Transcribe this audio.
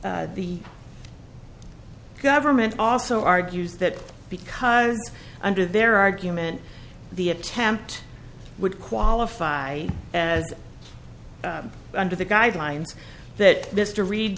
the government also argues that because under their argument the attempt would qualify as under the guidelines that mr read